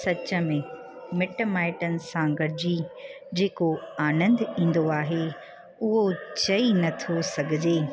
सच में मिट माइटनि सां गॾिजी जेको आनंद ईंदो आहे उहो चई नथो सघिजे